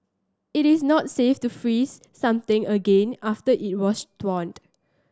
it is not safe to freeze something again after it was thawed